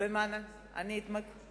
מה זה קשור